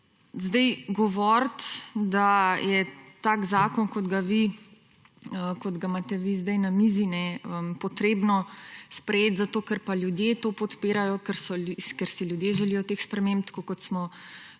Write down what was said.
Govorit, da je tak zakon, kot ga imate vi zdaj na mizi, potrebno sprejet, zato, ker pa ljudje to podpirajo, ker si ljudje želijo teh sprememb, tako kot smo lahko